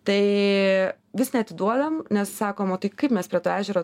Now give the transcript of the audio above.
tai vis neatiduodam nes sakom o tai kaip mes prie to ežero